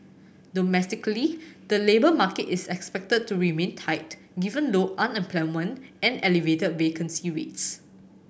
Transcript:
domestically the labour market is expected to remain tight given low unemployment and elevated vacancy rates